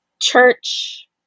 church